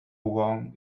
wrong